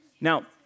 Now